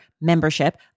membership